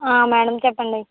ఆ మేడం చెప్పండి